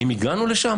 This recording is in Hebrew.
האם הגענו לשם?